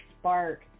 spark